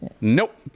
Nope